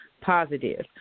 positive